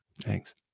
Thanks